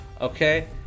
okay